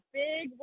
big